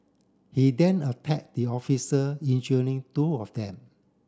he then attacked the officer injuring two of them